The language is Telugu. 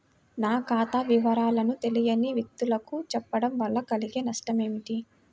నా ఖాతా వివరాలను తెలియని వ్యక్తులకు చెప్పడం వల్ల కలిగే నష్టమేంటి?